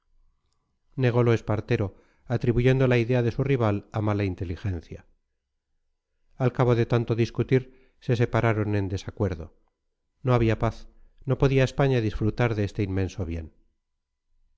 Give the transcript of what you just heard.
negolo espartero atribuyendo la idea de su rival a mala inteligencia al cabo de tanto discutir se separaron en desacuerdo no había paz no podía españa disfrutar de este inmenso bien